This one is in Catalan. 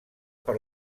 per